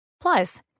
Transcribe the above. Plus